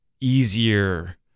easier